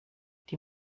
die